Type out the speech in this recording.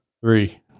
Three